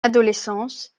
adolescence